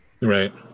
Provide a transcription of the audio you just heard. Right